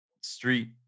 street